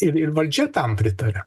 ir ir valdžia tam pritaria